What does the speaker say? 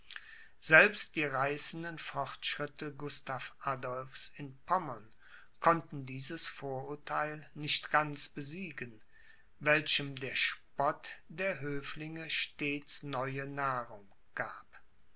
selbst die reißenden fortschritte gustav adolphs in pommern konnten dieses vorurtheil nicht ganz besiegen welchem der spott der höflinge stets neue nahrung gab